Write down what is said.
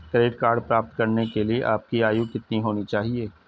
Credit card प्राप्त करने के लिए आपकी आयु कितनी होनी चाहिए?